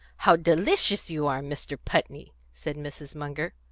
how delicious you are, mr. putney! said mrs. munger.